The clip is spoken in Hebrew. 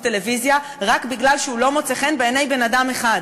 טלוויזיה רק מפני שהוא לא מוצא חן בעיני בן-אדם אחד.